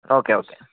okay okay